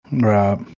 Right